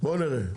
בוא נראה,